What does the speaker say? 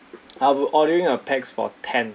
I'll ordering a pax for ten